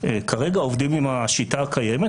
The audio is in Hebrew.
כרגע עובדים עם השיטה הקיימת,